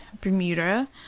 Bermuda